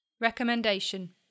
Recommendation